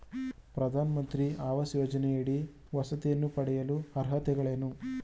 ಪ್ರಧಾನಮಂತ್ರಿ ಆವಾಸ್ ಯೋಜನೆಯಡಿ ವಸತಿಯನ್ನು ಪಡೆಯಲು ಅರ್ಹತೆಗಳೇನು?